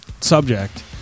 subject